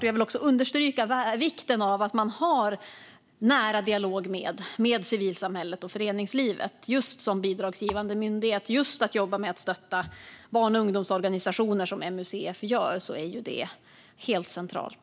Jag vill också understryka vikten av att man som bidragsgivande myndighet har en nära dialog med civilsamhället och föreningslivet. När det gäller att stötta och jobba med barn och ungdomsorganisationer, som MUCF gör, är det naturligtvis helt centralt.